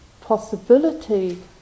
possibility